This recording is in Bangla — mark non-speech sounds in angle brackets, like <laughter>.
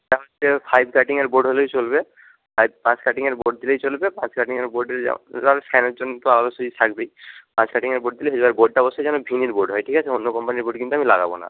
<unintelligible> হচ্ছে ফাইভ কাটিংয়ের বোর্ড হলেই চলবে আর পাঁচ কাটিংয়ের বোর্ড দিলেই চলবে পাঁচ কাটিংয়ের বোর্ড <unintelligible> আর ফ্যানের জন্য তো আরও সুইচ থাকবেই পাঁচ কাটিংয়ের বোর্ড দিলেই হয়ে যাবে বোর্ডটা অবশ্যই যেন ভিনির বোর্ড হয় ঠিক আছে অন্য কোম্পানির বোর্ড কিন্তু আমি লাগাবো না